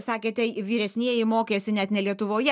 sakėte vyresnieji mokėsi net ne lietuvoje